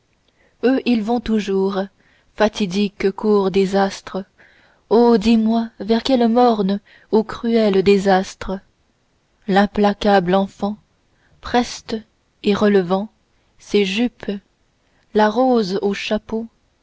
eux ils vont toujours fatidique cours des astres oh dis-moi vers quels mornes ou cruels désastres l'implacable enfant preste et relevant ses jupes la rose au chapeau